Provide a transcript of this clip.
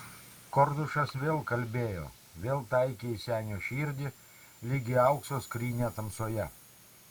kordušas vėl kalbėjo vėl taikė į senio širdį lyg į aukso skrynią tamsoje